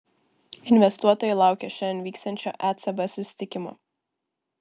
investuotojai laukia šiandien vyksiančio ecb susitikimo